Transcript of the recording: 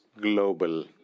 global